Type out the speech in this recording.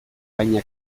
baina